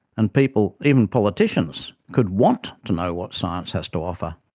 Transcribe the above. and people, even politicians, could want to know what science has to offer.